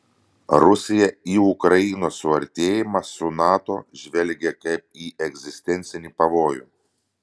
rusiją į ukrainos suartėjimą su nato žvelgia kaip į egzistencinį pavojų